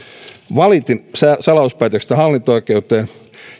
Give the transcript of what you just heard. valitin salauspäätöksestä hallinto oikeuteen